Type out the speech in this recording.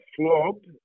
flogged